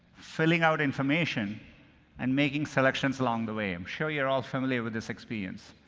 filling out information and making selections along the way. i'm sure you're all familiar with this experience.